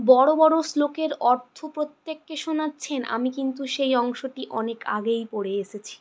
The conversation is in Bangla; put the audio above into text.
বড়ো বড়ো শ্লোকের অর্থ প্রত্যেক কে শোনাচ্ছেন আমি কিন্তু সেই অংশটি অনেক আগেই পড়ে এসেছি